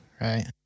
right